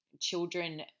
children